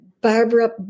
Barbara